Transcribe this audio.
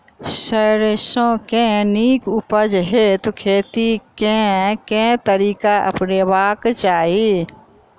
सैरसो केँ नीक उपज हेतु खेती केँ केँ तरीका अपनेबाक चाहि?